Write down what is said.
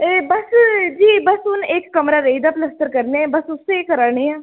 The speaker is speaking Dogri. ऐ बस जी बस हुन इक कमरा रेही दा पलस्तर करने ई बस उस्सै ई करा ने आं